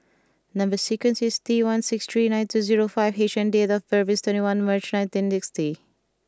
number sequence is T one six three nine two zero five H and date of birth is twenty one March nineteen sixty